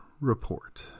report